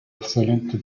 excelente